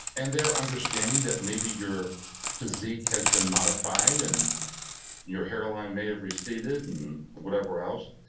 and they're understanding that maybe your physique has been modified and your hairline may have receded and whatever else.